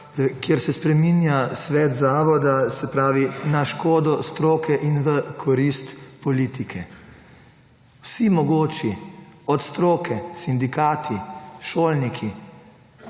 kjer se spreminja svet zavoda, se pravi, na škodo stroke in v korist politike. Vsi mogoči od stroke – sindikati, šolniki,